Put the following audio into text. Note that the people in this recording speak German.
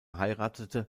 heiratete